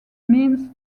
means